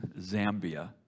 Zambia